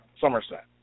Somerset